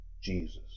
Jesus